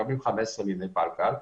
מקבלים 15 מבני פלקל.